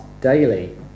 daily